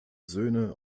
söhne